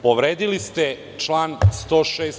Povredili ste član 106.